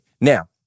Now